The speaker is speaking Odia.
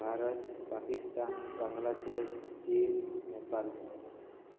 ଭାରତ ପାକିସ୍ତାନ ବାଙ୍ଗଲାଦେଶ ଚୀନ ନେପାଳ